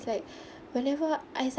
it's like whenever I